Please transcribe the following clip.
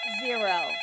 zero